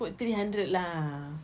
put three hundred lah